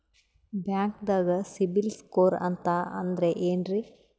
ಬ್ಯಾಂಕ್ದಾಗ ಸಿಬಿಲ್ ಸ್ಕೋರ್ ಅಂತ ಅಂದ್ರೆ ಏನ್ರೀ?